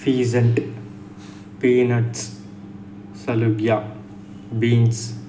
pheasant peanuts సలుజ beans